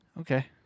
Okay